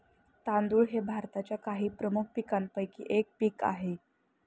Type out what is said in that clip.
तांदूळ हे भारताच्या काही प्रमुख पीकांपैकी एक पीक आहे